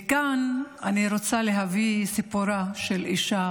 וכאן אני רוצה להביא את סיפורה של אישה